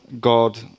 God